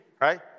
right